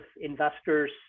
investors